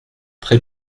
très